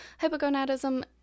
hypogonadism